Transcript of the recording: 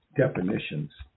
Definitions